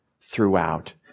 throughout